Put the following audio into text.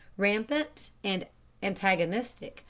rampant and antagonistic,